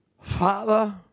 Father